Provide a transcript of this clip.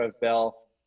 Bell